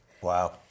Wow